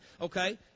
Okay